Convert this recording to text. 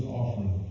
offering